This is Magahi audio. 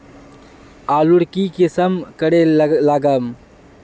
आलूर की किसम करे लागम?